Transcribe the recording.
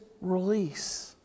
release